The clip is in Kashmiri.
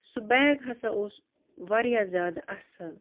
سُہ بیگ ہَسا اوس واریاہ زیادٕ اصٕل